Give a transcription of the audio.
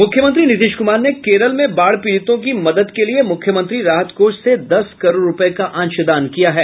मुख्यमंत्री नीतीश कुमार ने केरल में बाढ़ पीड़ितों की मदद के लिए मुख्यमंत्री राहत कोष से दस करोड़ रुपये का अंशदान किया है